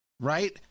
right